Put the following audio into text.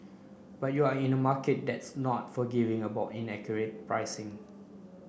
but you're in a market that's not forgiving about inaccurate pricing